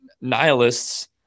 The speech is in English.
nihilists